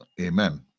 Amen